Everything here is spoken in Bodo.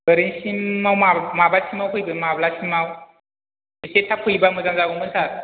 एरैनोसिमाव माबासिमाव फैगोन माब्लासिमाव एसे थाब फैयोबा मोजां जागौमोन सार